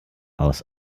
aus